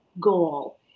goal